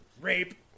rape